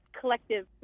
collective